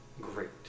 great